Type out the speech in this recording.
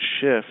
shift